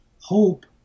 Hope